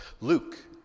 Luke